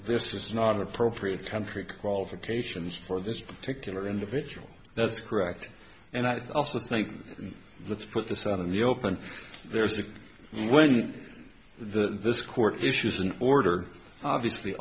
this is not appropriate country qualifications for this particular individual that's correct and i think let's put this out in the open there's the when the this court issues an order obviously